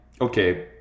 okay